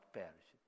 perish